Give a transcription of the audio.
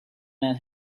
man